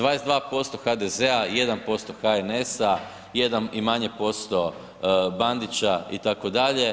22% HDZ-a, 1% HNS-a, 1 i manje posto Bandića, itd.